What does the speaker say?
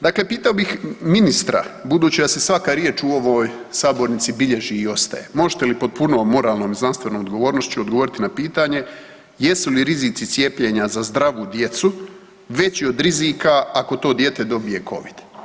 Dakle, pitao bih ministra, budući da se svaka riječ u ovoj sabornici bilježi i ostaje, možete li pod punom moralnom i znanstvenom odgovornošću odgovoriti na pitanje jesu li rizici cijepljenja za zdravu djecu veći od rizika ako to dijete dobije covid?